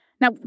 Now